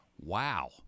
Wow